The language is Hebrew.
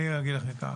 אני אגיד לכם ככה.